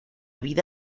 vida